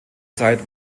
zeit